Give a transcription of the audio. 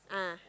ah